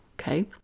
okay